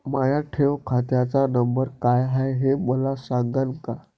माया ठेव खात्याचा नंबर काय हाय हे मले सांगान का?